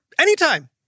anytime